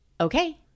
Okay